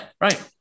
Right